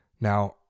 Now